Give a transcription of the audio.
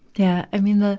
yeah. i mean, the,